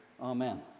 Amen